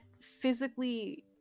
physically